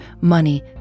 money